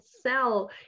sell